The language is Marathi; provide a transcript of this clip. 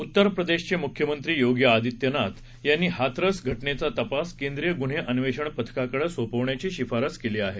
उत्तर प्रदेशचे मुख्यमंत्री योगी आदित्य नाथ यांनी हाथरस घटनेचा तपास केंद्रीय गुन्हे अन्वेषण पथकाकडे सोपवण्याची शिफारस केली आहे